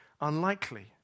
unlikely